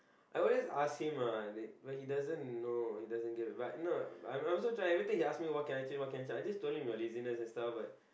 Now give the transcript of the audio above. I always ask him ah but he doesn't know he doesn't get but no I'm I'm also trying every time he ask me what can I change what can I change I just told him your laziness and stuff but